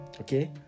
okay